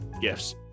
gifts